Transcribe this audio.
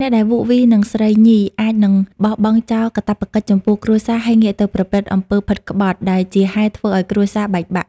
អ្នកដែលវក់វីនឹងស្រីញី អាចនឹងបោះបង់ចោលកាតព្វកិច្ចចំពោះគ្រួសារ ហើយងាកទៅប្រព្រឹត្តអំពើផិតក្បត់ ដែលជាហេតុធ្វើឲ្យគ្រួសារបែកបាក់។